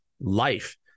life